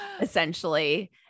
essentially